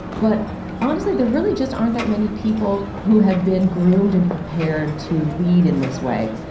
but honestly, there really just aren't that many people who have been groomed and prepared to lead in this way.